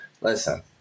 listen